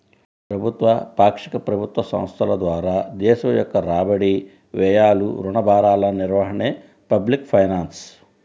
ప్రభుత్వ, పాక్షిక ప్రభుత్వ సంస్థల ద్వారా దేశం యొక్క రాబడి, వ్యయాలు, రుణ భారాల నిర్వహణే పబ్లిక్ ఫైనాన్స్